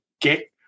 get